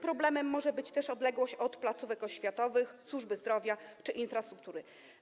Problemem może być też odległość od placówek oświatowych, służby zdrowia czy infrastruktury.